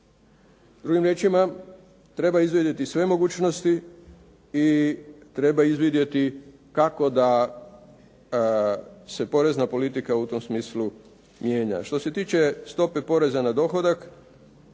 Drugim riječima, treba izvidjeti sve mogućnosti i treba izvidjeti kako da se porezna politika u tom smislu mijenja. Što se tiče stope poreza na dohodak,